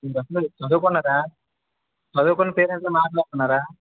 మీరు అసలు చదువుకున్నరా చదువుకున్న పేరెంట్స్లా మాట్లాడుతున్నారా